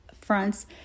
fronts